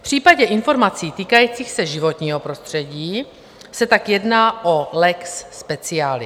V případě informací týkajících se životního prostředí se tak jedná o lex specialis.